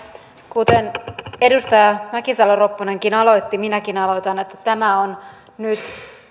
kuten edustaja mäkisalo ropponenkin aloitti minäkin aloitan sillä että tämä on nyt